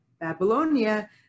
Babylonia